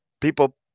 people